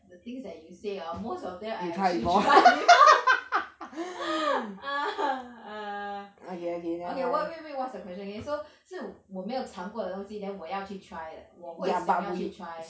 the things that you say orh most of them I actually try before err okay what wait wait wait what's the question again so 是我没有常过的东西 then 我要去 try 的我会想要去 try